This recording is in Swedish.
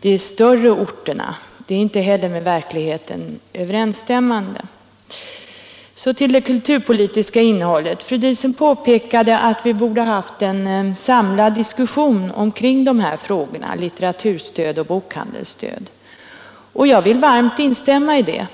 de större orterna. Så till det kulturpolitiska innehållet. Fru Diesen påpekade att vi borde haft en samlad diskussion omkring litteraturstöd och bokhandelsstöd. Jag vill varmt instämma i det.